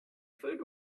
food